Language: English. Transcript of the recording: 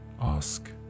Ask